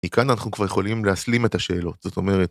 מכאן אנחנו כבר יכולים להסלים את השאלות, זאת אומרת...